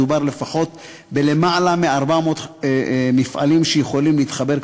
מדובר ביותר מ-400 מפעלים שיכולים להתחבר,